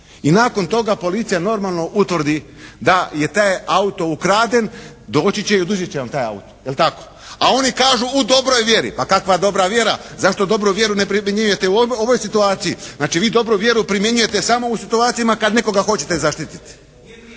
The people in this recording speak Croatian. I nakon toga Policija normalno utvrdi da je taj auto ukraden, doći će i oduzet će vam taj auto, je li tako? A oni kažu u dobroj vjeri. Pa kakva dobra vjera. Zašto dobru vjeru ne primjenjujete u ovoj situaciji. Znači vi dobru vjeru primjenjujete samo u situacijama kad nekoga hoćete zaštititi.